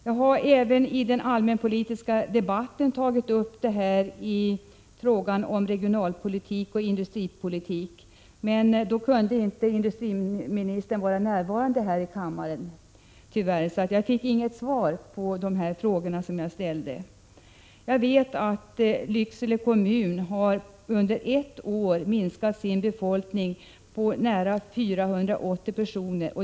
Jag har även i den allmänpolitiska debatten tagit upp detta inom ramen för regionalpolitiken och industripolitiken. Tyvärr kunde inte industriministern vara närvarande här i kammaren då. Jag fick alltså inget svar på de frågor jag ställde. Jag vet att Lycksele kommun under ett år har minskat sin befolkning med nära 480 personer.